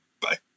Bye